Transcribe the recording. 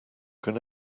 can